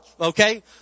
okay